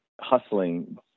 hustling